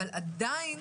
אבל עדיין,